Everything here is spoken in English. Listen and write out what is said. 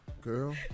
Girl